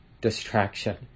distraction